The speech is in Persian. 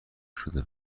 شده